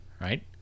right